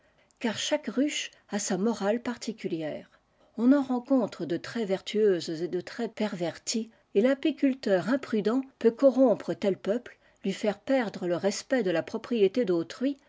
car chaque ruche a sa morale particulière on en rencontre de très vertueuses et de très perverties et tapiculteur imprudent peut corrompre tel peuple lui faire perdre le respect de la propriété d'autrui